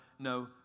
No